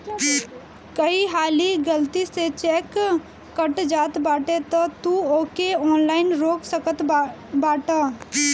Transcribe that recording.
कई हाली गलती से चेक कट जात बाटे तअ तू ओके ऑनलाइन रोक सकत बाटअ